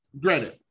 granted